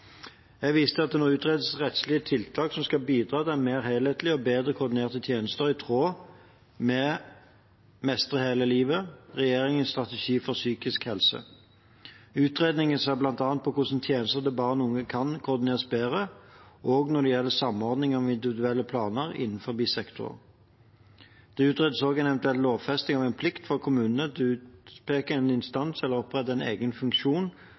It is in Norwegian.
Jeg viser til at det nå utredes rettslige tiltak som skal bidra til mer helhetlige og bedre koordinerte tjenester, i tråd med Mestre hele livet – Regjeringens strategi for god psykisk helse. Utredningen ser bl.a. på hvordan tjenester til barn og unge kan koordineres bedre, også når det gjelder samordning av individuelle planer innenfor sektorene. Det utredes også en eventuell lovfesting av en plikt for kommunene til å utpeke en instans eller opprette en egen funksjon